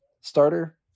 starter